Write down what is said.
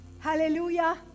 hallelujah